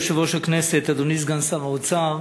אדוני יושב-ראש הכנסת, אדוני סגן שר האוצר,